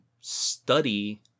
study